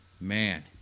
Man